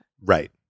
Right